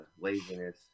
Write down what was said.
laziness